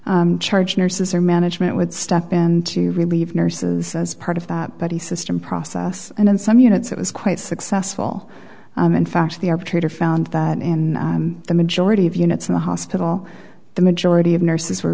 charge nurses or management would step in to relieve nurses as part of that buddy system process and in some units it was quite successful in fact the arbitrator found that in the majority of units in the hospital the majority of nurses were